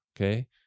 Okay